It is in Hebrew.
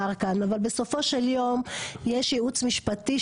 אולי בפגיעה בזכות ההשתתפות של חברי